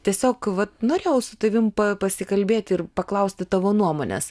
tiesiog vat norėjau su tavim pasikalbėti ir paklausti tavo nuomonės